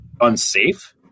unsafe